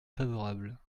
favorables